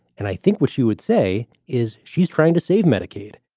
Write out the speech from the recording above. and i think what she would say is she's trying to save medicaid